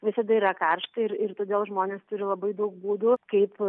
visada yra karšta ir ir todėl žmonės turi labai daug būdų kaip